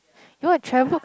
you want to travel